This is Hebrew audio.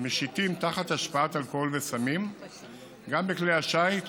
כלפי משיטים תחת השפעת אלכוהול וסמים גם בכלי השיט,